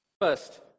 First